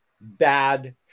bad